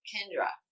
Kendra